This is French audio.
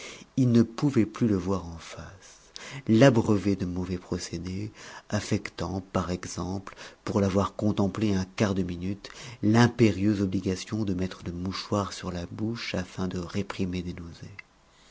il ne pouvait plus le voir en face l'abreuvait de mauvais procédés affectant par exemple pour l'avoir contemplé un quart de minute l'impérieuse obligation de mettre le mouchoir sur la bouche afin de réprimer des